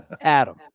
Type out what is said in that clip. Adam